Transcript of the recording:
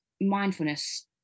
mindfulness